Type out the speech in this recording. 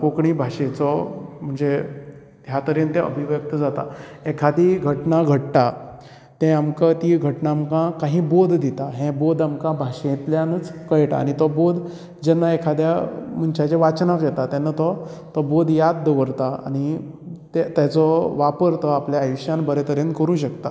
कोंकणी भाशेचो म्हणजे ह्या तरेन तें अभिव्यक्त जाता एखादी घटना घडटा तें आमकां ती घटना काही बोध दिता आमकां बोध आमकां भाशेंतल्यानूच कळटा आनी तो बोध जेन्ना एखाद्या मनशाच्या वाचनांत येता तेन्ना तो बोध याद दवरता आनी तें तेचो वापर आपल्या आयूश्यान बरें तरेन करूं शकता